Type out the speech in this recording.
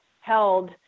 held